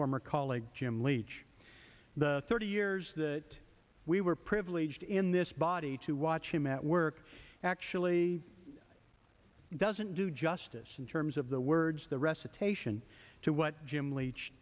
former colleague jim leach the thirty years that we were privileged in this body to watch him at work actually doesn't do justice in terms of the words the recitation to what jim leach